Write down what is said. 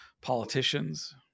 politicians